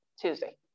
tuesday